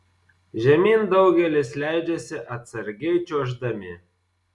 žemyn daugelis leidžiasi atsargiai čiuoždami